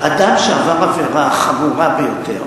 אדם שעבר עבירה חמורה ביותר